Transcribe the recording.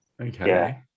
Okay